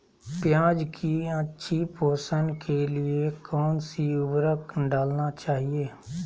प्याज की अच्छी पोषण के लिए कौन सी उर्वरक डालना चाइए?